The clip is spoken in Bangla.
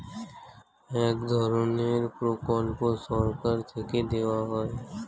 এক ধরনের প্রকল্প সরকার থেকে দেওয়া হয়